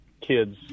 kids